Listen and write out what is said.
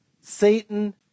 Satan